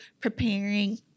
preparing